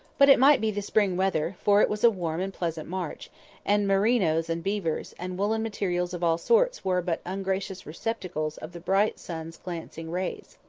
but it might be the spring weather, for it was a warm and pleasant march and merinoes and beavers, and woollen materials of all sorts were but ungracious receptacles of the bright sun's glancing rays.